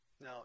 Now